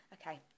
okay